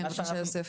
בצדק.